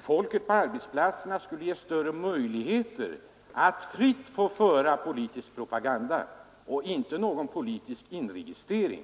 folk på arbetsplatserna skulle ges större möjligheter att fritt föra politisk propaganda där — inte om någon politisk inregistrering.